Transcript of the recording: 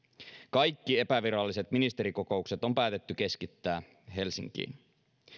kaikki epäviralliset ministerikokoukset on päätetty keskittää helsinkiin